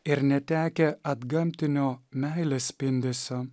ir netekę atgamtinio meilės spindesio